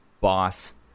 boss